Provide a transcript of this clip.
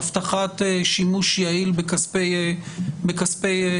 של הבטחת שימוש יעיל בכספי ציבור.